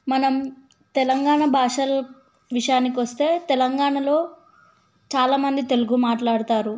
మనం తెలంగాణ భాషల విషయానికి వస్తే తెలంగాణలో చాలామంది తెలుగు మాట్లాడతారు